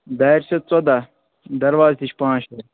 دارِ چھَو ژۄداہ دروازٕ تہِ چھِ پانٛژھ شےٚ